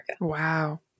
Wow